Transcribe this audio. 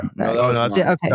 Okay